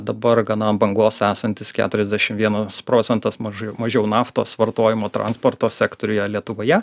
dabar gana ant bangos esantis keturiasdešim vienas procentas mažai mažiau naftos vartojimo transporto sektoriuje lietuvoje